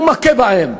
הוא מכה בהם,